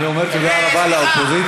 אני אומר תודה רבה לאופוזיציה.